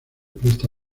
presta